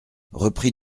repris